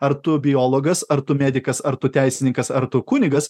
ar tu biologas ar tu medikas ar tu teisininkas ar tu kunigas